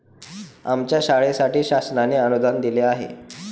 आमच्या शाळेसाठी शासनाने अनुदान दिले आहे